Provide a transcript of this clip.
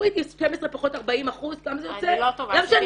תורידי 12 פחות 40%. 8000-7000